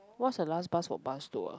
what's the last bus for bus tour